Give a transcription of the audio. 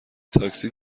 تاکسی